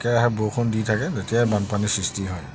একেৰাহে বৰষুণ দি থাকে তেতিয়াই বানপানী সৃষ্টি হয়